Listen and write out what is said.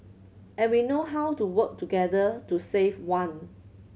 and we know how to work together to save one